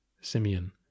Simeon